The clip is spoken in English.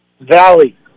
Valley